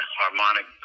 harmonic